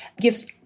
gives